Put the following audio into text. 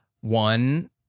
one